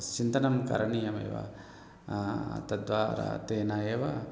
चिन्तनं करणीयमेव तद्वारा तेन एव